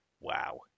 Wow